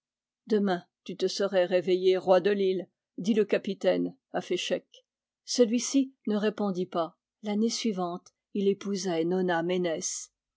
demain tu te serais réveillé roi de l'île dit le capitaine à féchec celui-ci ne répondit pas l'année suivante il épousait nona ménès